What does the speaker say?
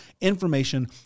information